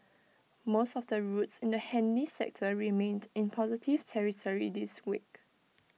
most of the routes in the handy sector remained in positive territory this week